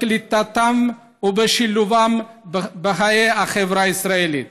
בקליטתם ובשילובם בחיי החברה הישראלית.